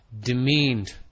demeaned